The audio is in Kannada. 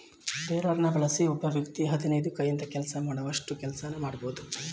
ಟೆಡರ್ನ ಬಳಸಿ ಒಬ್ಬ ವ್ಯಕ್ತಿ ಹದಿನೈದು ಕೈಯಿಂದ ಕೆಲಸ ಮಾಡೋಷ್ಟು ಕೆಲ್ಸನ ಮಾಡ್ಬೋದು